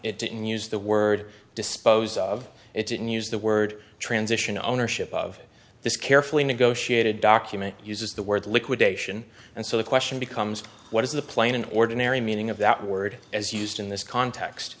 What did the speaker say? him use the word dispose of it didn't use the word transition ownership of this carefully negotiated document uses the word liquidation and so the question becomes what is the plain in ordinary meaning of that word as used in this context